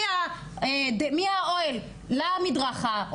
מהאוהל למדרכה,